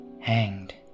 hanged